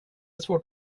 svårt